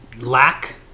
lack